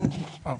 כן.